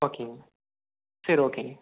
ஓகேங்க சரி ஓகேங்க